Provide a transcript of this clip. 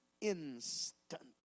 instant